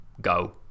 go